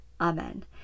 amen